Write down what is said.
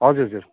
हजुर हजुर